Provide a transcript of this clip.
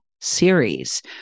series